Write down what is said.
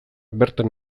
bertan